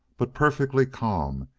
but perfectly calm,